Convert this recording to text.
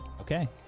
Okay